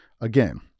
again